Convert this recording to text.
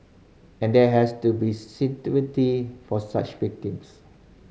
and there has to be for such victims